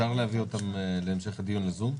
אפשר להביא אותם להמשך הדיון ב-זום?